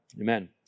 Amen